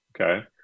okay